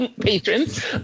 patrons